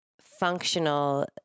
functional